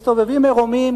אנחנו מסתובבים עירומים,